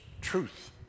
truth